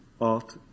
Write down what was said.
art